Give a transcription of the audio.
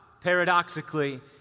paradoxically